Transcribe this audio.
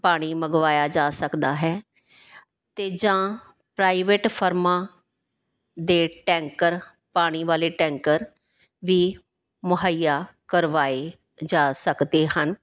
ਪਾਣੀ ਮੰਗਵਾਇਆ ਜਾ ਸਕਦਾ ਹੈ ਅਤੇ ਜਾਂ ਪ੍ਰਾਈਵੇਟ ਫਰਮਾਂ ਦੇ ਟੈਂਕਰ ਪਾਣੀ ਵਾਲੇ ਟੈਂਕਰ ਵੀ ਮੁਹੱਈਆ ਕਰਵਾਏ ਜਾ ਸਕਦੇ ਹਨ